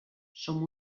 som